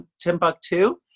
Timbuktu